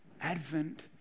Advent